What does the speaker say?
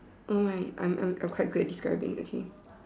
oh my I'm I'm quite great describing okay